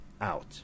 out